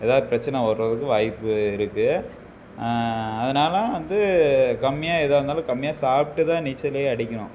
ஏதாவது பிரச்சனை வரதுக்கு வாய்ப்பு இருக்குது அதனால வந்து கம்மியாக எதாது இருந்தாலும் கம்மியாக சாப்பிட்டு தான் நீச்சலே அடிக்கணும்